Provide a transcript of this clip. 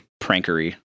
prankery